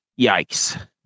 Yikes